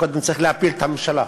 קודם צריך להפיל את הממשלה,